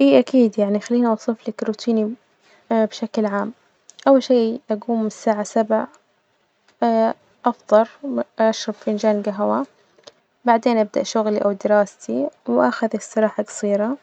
إيه أكيد يعني خليني أوصف لك روتيني بشكل عام أول شي أجوم الساعة سبع أفطر، أشرب فنجان جهوة، بعدين أبدأ شغلي أو دراستي، وأخذ إستراحة جصيرة